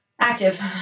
active